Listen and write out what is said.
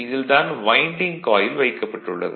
இதில் தான் winding coil வைக்கப்பட்டுள்ளது